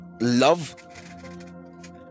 love